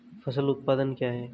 फसल उत्पादन क्या है?